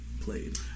played